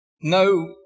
no